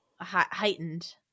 heightened